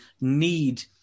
need